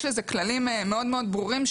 יש לזה כללים מאוד מאוד ברורים,